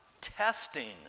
testing